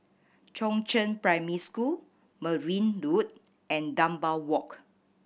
Chongzheng Primary School Merryn Road and Dunbar Walk